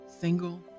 single